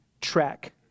track